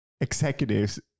executives